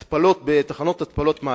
בתחנות התפלת מים,